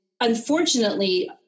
Unfortunately